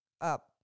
up